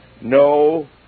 No